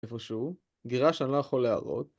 איפשהו מגירה שאני לא יכול להראות